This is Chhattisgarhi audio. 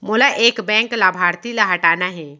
मोला एक बैंक लाभार्थी ल हटाना हे?